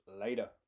Later